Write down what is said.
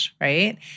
right